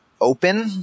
open